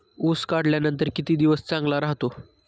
ऊस काढल्यानंतर किती दिवस चांगला राहतो?